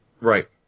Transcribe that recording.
Right